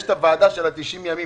יש את הוועדה של ה-90 ימים.